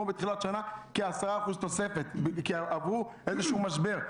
בתחילת שנה כ-10% תוספת כי עברו איזשהו משבר.